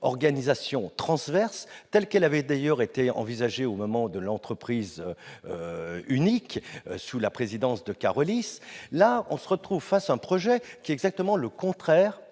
organisation transverse, telle qu'elle avait d'ailleurs été envisagée au moment de l'entreprise unique sous la présidence de Carolis. On se retrouve là face à un projet qui est exactement le contraire